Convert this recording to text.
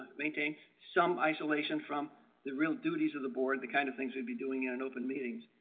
maintain some isolation from the real duties of the board the kind of things would be doing in an open meetings,